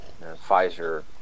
Pfizer